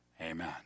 Amen